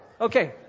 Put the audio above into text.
Okay